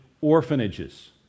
orphanages